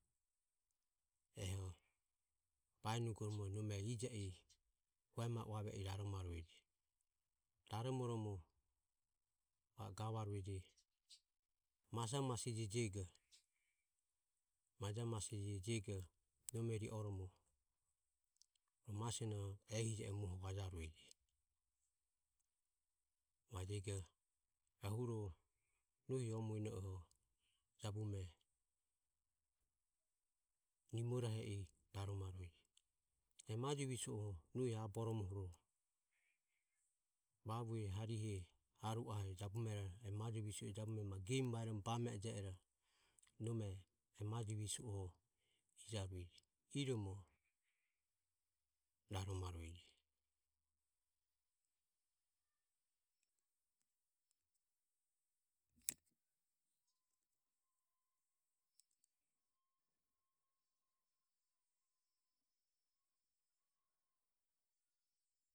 Eho baenugoromo nome ije i hue mae uave i raromarueje. Raromoromo va o gavarueje maja masije jiego maja masije jiego nome ri oromo ma sionoho ehijie e muoho vajarueje vajego ehuro nohi o mueno oho jabume nimorohe i raromarueje e maje visuoho nohi a boromo huro vavu harihe aru ahe jabume ma gemu vaeromo bame ero nome e maje visue ijaureje iromo raromarueje.